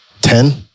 Ten